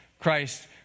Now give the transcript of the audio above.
Christ